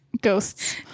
Ghosts